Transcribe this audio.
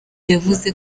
yavuze